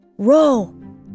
Row